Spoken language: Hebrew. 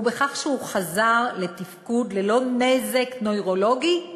הוא בכך שהוא חזר לתפקוד ללא נזק נוירולוגי,